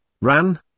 ran